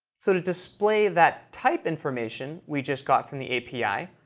so to display that type information we just got from the api,